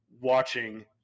watching